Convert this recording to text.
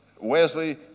Wesley